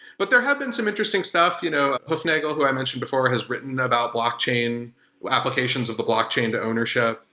but there have been some interesting stuff. you know hufnagle, who i mentioned before, has written about blockchain, applications of the blockchain to ownership.